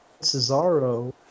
Cesaro